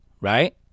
right